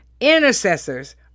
intercessors